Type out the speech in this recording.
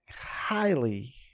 highly